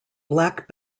black